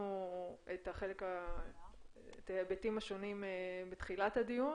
שמענו את ההיבטים השונים בתחילת הדיון